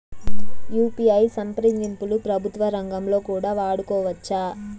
UPI సంప్రదింపులు ప్రభుత్వ రంగంలో కూడా వాడుకోవచ్చా?